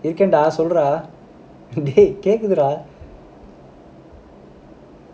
இருக்கேன்:irukkaen dah சொல்றா:solraa dey கேட்க்குது:kekkuthu dah